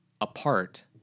apart